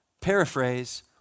paraphrase